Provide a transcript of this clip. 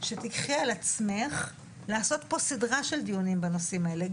שתקחי על עצמך לעשות פה סדרה של דיונים בנושאים האלה,